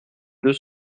deux